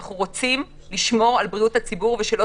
אנחנו רוצים לשמור על בריאות הציבור ושלא